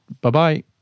Bye-bye